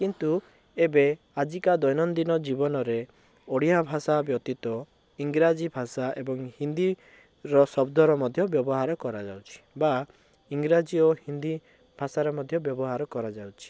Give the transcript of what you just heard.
କିନ୍ତୁ ଏବେ ଆଜିକା ଦୈନନ୍ଦିନ ଜୀବନରେ ଓଡ଼ିଆ ଭାଷା ବ୍ୟତୀତ ଇଂରାଜୀ ଭାଷା ଏବଂ ହିନ୍ଦୀ ର ଶବ୍ଦର ମଧ୍ୟ ବ୍ୟବହାର କରାଯାଉଛି ବା ଇଂରାଜୀ ଓ ହିନ୍ଦୀ ଭାଷାର ମଧ୍ୟ ବ୍ୟବହାର କରାଯାଉଛି